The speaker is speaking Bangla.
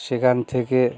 সেখান থেকে